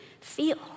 feel